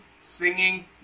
singing